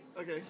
okay